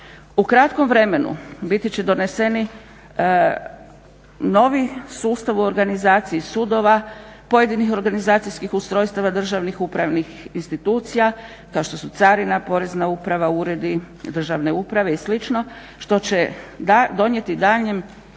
U kratkom vremenu biti će doneseni novi sustav u organizaciji sudova, pojedinih organizacijskih ustrojstava državnih upravnih institucija kao što su Carina, Porezna uprava, uredi državne uprave i slično što će donijeti daljnjem